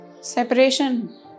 separation